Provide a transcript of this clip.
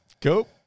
cool